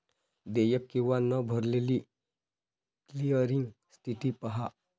देयक किंवा न भरलेली क्लिअरिंग स्थिती पहा